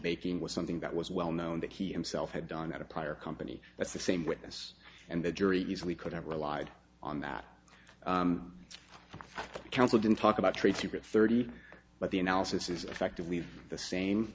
baking was something that was well known that he himself had done at a prior company that's the same witness and the jury easily could have relied on that the council didn't talk about trade secret thirty but the analysis is effectively the same